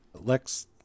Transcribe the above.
Lex